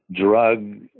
drug